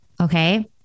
Okay